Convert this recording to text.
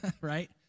right